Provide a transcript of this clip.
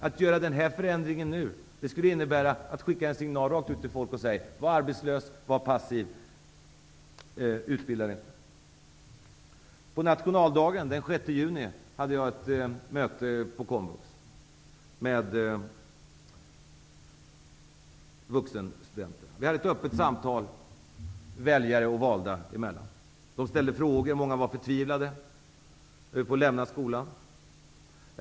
Att göra den här aktuella förändringen nu skulle vara detsamma som en signal till folket: Var arbetslös! Var passiv! Utbilda dig inte! På nationaldagen, alltså den 6 juni, hade jag ett möte på komvux med vuxenstudenterna. Vi hade ett öppet samtal väljare och valda emellan. Frågor ställdes. Många studerande var förtvivlade över att behöva lämna skolan.